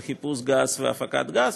של חיפוש גז והפקת גז,